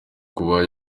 kuba